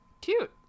Cute